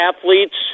athletes